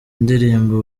indirimbo